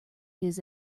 his